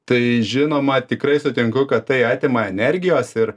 tai žinoma tikrai sutinku kad tai atima energijos ir